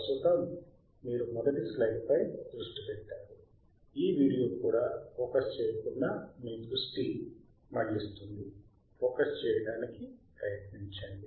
ప్రస్తుతం మీరు మొదటి స్లైడ్ పై దృష్టి పెట్టారు ఈ వీడియో కూడా ఫోకస్ చేయకుండా మీ దృష్టి మళ్ళిస్తుంది ఫోకస్ చేయడానికి ప్రయత్నించండి